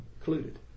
included